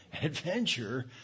Adventure